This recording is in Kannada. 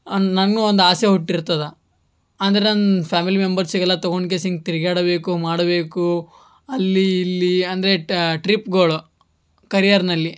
ಅನ್ ನನ್ಗೂ ಒಂದು ಆಸೆ ಹುಟ್ಟಿರ್ತದೆ ಅಂದರೆ ನನ್ನ ಫ್ಯಾಮಿಲಿ ಮೆಂಬರ್ಸಿಗೆಲ್ಲ ತೊಗೊಂಡು ಕೇಸಿ ಹಿಂಗೆ ತಿರ್ಗಾಡಬೇಕು ಮಾಡಬೇಕು ಅಲ್ಲಿ ಇಲ್ಲಿ ಅಂದರೆ ಟ್ರಿಪ್ಗಳು ಕರಿಯರ್ನಲ್ಲಿ